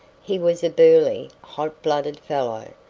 he was a burly, hot-blooded fellow,